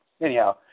anyhow